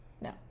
no